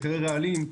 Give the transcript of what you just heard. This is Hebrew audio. היתר רעלים.